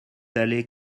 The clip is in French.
alle